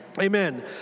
Amen